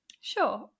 Sure